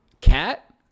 Cat